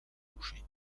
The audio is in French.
coucher